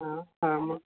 हा हा मग